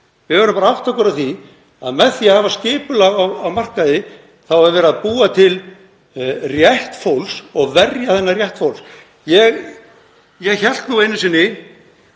Við verðum að átta okkur á því að með því að hafa skipulag á markaði er verið að búa til rétt fólks og verja þennan rétt fólks. Ég hélt nú einu sinni